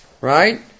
Right